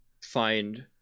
find